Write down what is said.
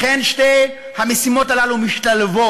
לכן, שתי המשימות הללו משתלבות: